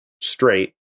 straight